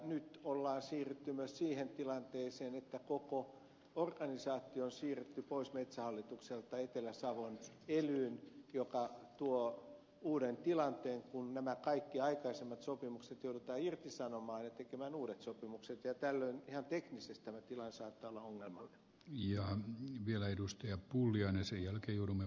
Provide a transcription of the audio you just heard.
nyt on siirrytty myös siihen tilanteeseen että koko organisaatio on siirretty pois metsähallitukselta etelä savon elyyn mikä tuo uuden tilanteen kun nämä kaikki aikaisemmat sopimukset joudutaan irtisanomaan ja tekemään uudet sopimukset ja tällöin ihan teknisesti tämä tilanne saattaa olla ongelmallinen